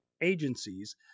agencies